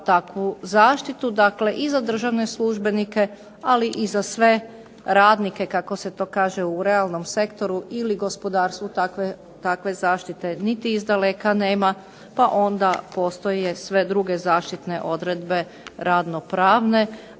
takvu zaštitu, dakle i za državne službenike, ali i za sve radnike kako se to kaže u realnom sektoru ili gospodarstvu takve zaštite niti iz daleka nema, pa onda postoje sve druge zaštitne odredbe radnopravne,